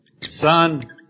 Son